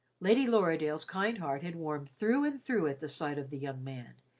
lady lorridaile's kind heart had warmed through and through at the sight of the young man,